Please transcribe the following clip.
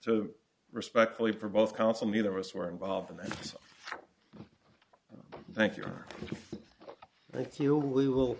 the respectfully for both counsel neither of us were involved in this thank you thank you we will